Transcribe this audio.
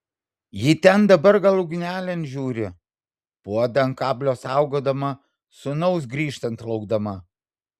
ji ten dabar gal ugnelėn žiūri puodą ant kablio saugodama sūnaus grįžtant laukdama